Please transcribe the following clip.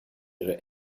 ihre